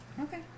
Okay